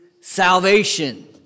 salvation